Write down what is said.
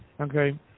okay